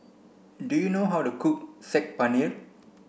do you know how to cook Saag Paneer